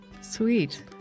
sweet